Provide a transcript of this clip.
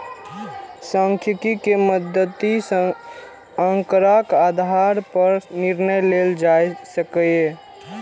सांख्यिकी के मदति सं आंकड़ाक आधार पर निर्णय लेल जा सकैए